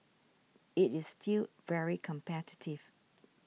it is still very competitive